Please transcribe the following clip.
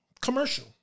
commercial